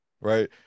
right